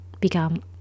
become